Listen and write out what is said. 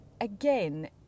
again